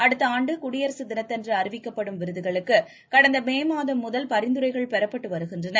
அடுத்த ஆண்டு குடியரசுத் தினத்தன்று அறிவிக்கப்படும் விருதுகளுக்கு கடந்த மே மாதம் முதல் பரிந்துரைகள் பெறப்பட்டு வருகின்றன